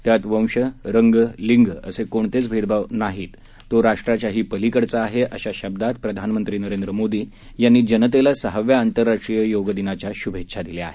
त्यात वंश रंग लिंग असे कोणतेच भेदभाव नाहीत तो राष्ट्राच्याही पलीकडचा आहे अशा शब्दात प्रधानमंत्री नरेंद्र मोदी यांनी जनतेला सहाव्या आंतरराष्ट्रीय योगदिनाच्या शुभेच्छा दिल्या आहे